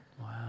Wow